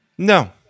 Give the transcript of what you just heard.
No